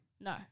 No